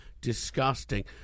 Disgusting